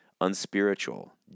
unspiritual